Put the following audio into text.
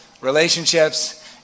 relationships